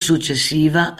successiva